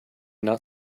not